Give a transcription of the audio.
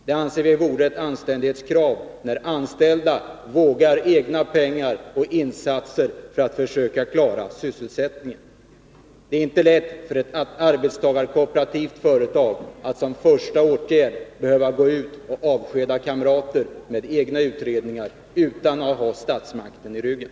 Detta anser vi vara ett anständighetskrav när det begärs att anställda skall våga satsa egna pengar för att klara sysselsättningen. Det är inte lätt för dem som är verksamma inom ett arbetstagarkooperativt företag att som sin första åtgärd behöva gå ut och avskeda kamrater — efter egna utredningar — utan att ha statsmakternas stöd i ryggen.